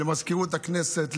למזכירות הכנסת,